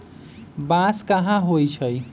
बांस कहाँ होई छई